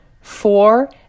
Four